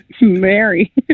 Mary